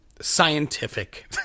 scientific